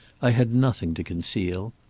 i had nothing to conceal.